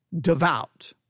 devout